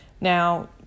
Now